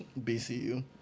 BCU